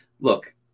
look